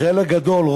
חלק גדול,